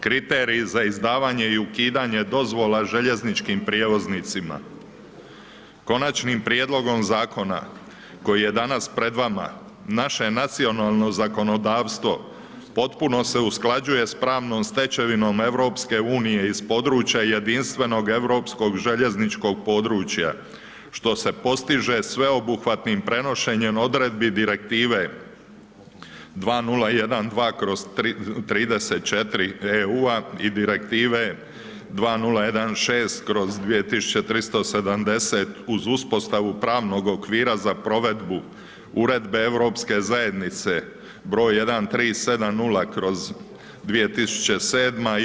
Kriteriji za izdavanje i ukidanje dozvola željezničkim prijevoznicima, Konačnim prijedlogom zakona koji je danas pred vama, naše je nacionalno zakonodavstvo, potpuno se usklađuje s pravnom stečevinom EU s područja jedinstvenog europskog željezničkog područja, što se postiže sveobuhvatnim prenošenjem odredbi Direktive 2012/34 EU i Direktive 2016/2370 uz uspostavu pravnog okvira za provedbu Uredbe Europske zajednice br. 1370/2007 i Uredbe EU-a 2016/2338.